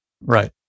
Right